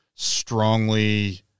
strongly